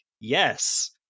yes